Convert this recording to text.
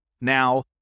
Now